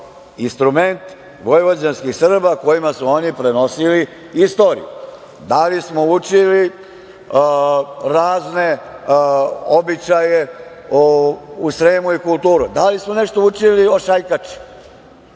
instrument vojvođanskih Srba kojima su oni prenosili istoriju? Da li smo učili razne običaje u Sremu i kulturi? Da li smo nešto učili o šajkači?